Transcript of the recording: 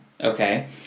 okay